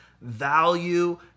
value